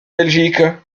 belgique